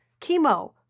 chemo